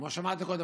כמו שאמרתי קודם,